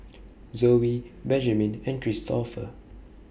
Zoey Benjiman and Kristoffer